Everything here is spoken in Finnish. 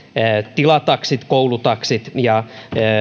tilataksit koulutaksit ja